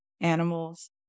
animals